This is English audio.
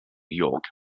york